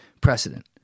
precedent